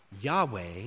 Yahweh